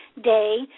day